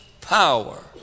power